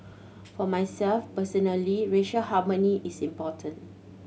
for myself personally racial harmony is important